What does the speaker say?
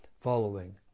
following